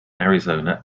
arizona